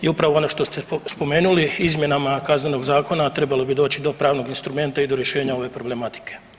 I upravo ono što ste spomenuli u izmjenama Kaznenog zakona trebalo bi doći do pravnog instrumenta i do rješenja ove problematike.